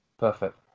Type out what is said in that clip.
Perfect